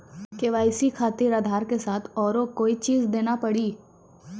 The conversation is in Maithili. के.वाई.सी खातिर आधार के साथ औरों कोई चीज देना पड़ी?